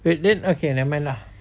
wait then okay nevermind lah